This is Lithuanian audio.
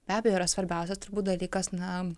be abejo yra svarbiausias dalykas na